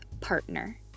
partner